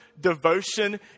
devotion